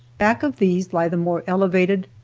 back of these lie the more elevated,